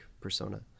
persona